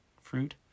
fruit